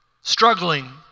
struggling